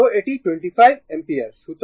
তো এটি 25 অ্যাম্পিয়ার